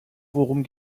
worum